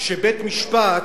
שבית-משפט